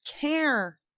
care